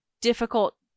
difficult